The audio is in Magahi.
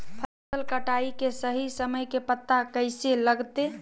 फसल कटाई के सही समय के पता कैसे लगते?